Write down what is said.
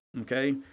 okay